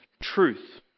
truth